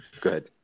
Good